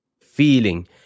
feeling